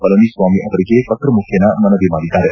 ಪಳನಿಸ್ವಾಮಿ ಅವರಿಗೆ ಪತ್ರ ಮುಖೇನ ಮನವಿ ಮಾಡಿದ್ದಾರೆ